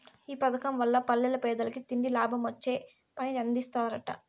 ఈ పదకం వల్ల పల్లెల్ల పేదలకి తిండి, లాభమొచ్చే పని అందిస్తరట